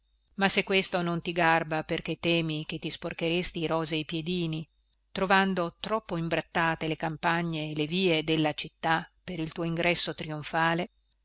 ma se questo non ti garba perché temi che ti sporcheresti i rosei piedini trovando troppo imbrattate le campagne e le vie della città per il tuo ingresso trionfale